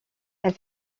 elle